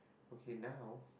okay now